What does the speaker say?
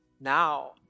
now